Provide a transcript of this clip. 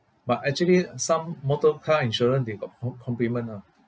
but actually some motor car insurance they got com~ complement ah